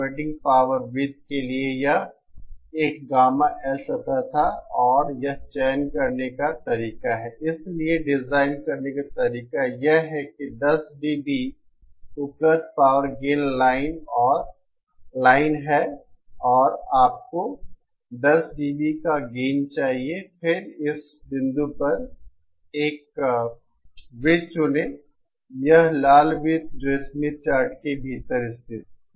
operating power वृत्त के लिए यह एक गामा L सतह था और यह चयन करने का तरीका है इसलिए डिजाइन करने का तरीका यह है कि यह 10 डीबी उपलब्ध पावर गेन लाइन है और आपको 10 डीबी का गेन चाहिए फिर इस पर एक बिंदु वृत्त पर चुनें यह लाल वृत्त जो स्मिथ चार्ट के भीतर स्थित है